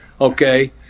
okay